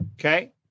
Okay